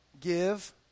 give